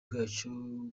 bwacyo